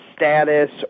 status